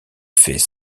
fait